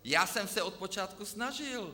Já jsem se od počátku snažil.